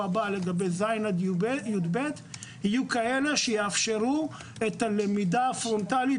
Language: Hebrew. הבא בעניין כיתות ז' עד י"ב יהיו כאלה שיאפשרו את הלמידה הפרונטלית